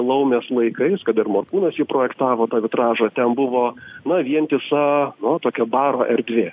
laumės laikais kada ir morkūnas jį projektavo tą vitražą ten buvo na vientisa na tokia baro erdvė